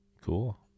Cool